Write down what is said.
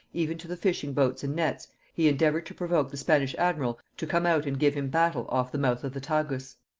even to the fishing-boats and nets, he endeavoured to provoke the spanish admiral to come out and give him battle off the mouth of the tagus.